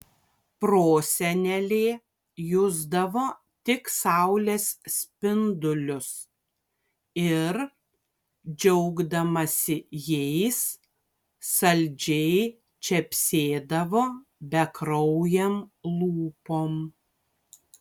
prosenelė jusdavo tik saulės spindulius ir džiaugdamasi jais saldžiai čepsėdavo bekraujėm lūpom